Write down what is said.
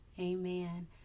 Amen